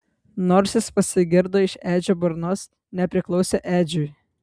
nors jis pasigirdo iš edžio burnos nepriklausė edžiui